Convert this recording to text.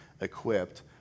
equipped